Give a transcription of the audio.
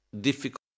difficult